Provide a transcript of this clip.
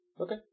Okay